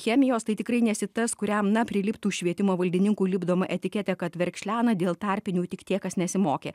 chemijos tai tikrai nesi tas kuriam na priliptų švietimo valdininkų lipdoma etiketė kad verkšlena dėl tarpinių tik tie kas nesimokė